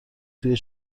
توی